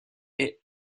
est